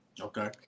Okay